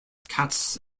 cats